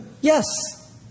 Yes